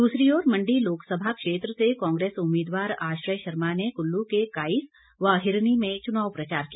दूसरी ओर मण्डी लोकसभा क्षेत्र से कांग्रेस उम्मीदवार आश्रय शर्मा ने कुल्लू के काईस व हिरनी में चुनाव प्रचार किया